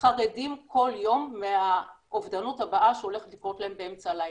חרדים כל יום מהאובדנות הבאה שהולכת לקרות להם באמצע הלילה.